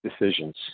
decisions